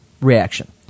reaction